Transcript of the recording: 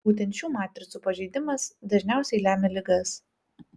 būtent šių matricų pažeidimas dažniausiai lemia ligas